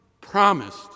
promised